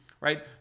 right